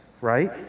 right